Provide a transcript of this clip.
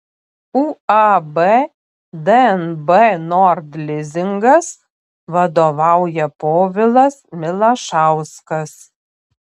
uab dnb nord lizingas vadovauja povilas milašauskas